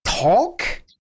talk